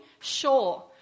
Sure